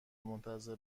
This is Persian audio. منتظر